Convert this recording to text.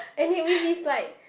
and it with his like